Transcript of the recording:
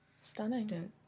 stunning